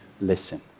listen